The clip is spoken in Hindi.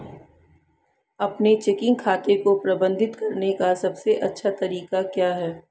अपने चेकिंग खाते को प्रबंधित करने का सबसे अच्छा तरीका क्या है?